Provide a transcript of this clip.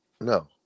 no